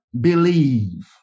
Believe